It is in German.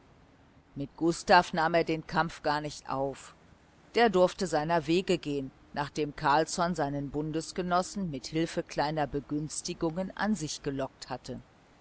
mit gustav nahm er den kampf gar nicht auf der durfte seiner wege gehen nachdem carlsson seinen bundesgenossen mit hilfe kleiner begünstigungen an sich gelockt hatte